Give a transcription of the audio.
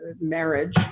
marriage